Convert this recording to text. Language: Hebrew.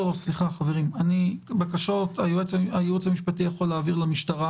סליחה, חברים, הייעוץ המשפטי יכול להעביר למשטרה